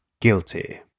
guilty